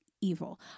evil